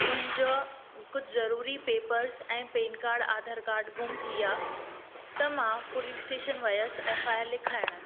मुंहिंजा कुझु ज़रुरी पेपर्स ऐं पेन कार्ड आधार कार्ड ग़ुम थी विया त मां पुलिस टेशन वयसि एफ आइ आर लिखाइण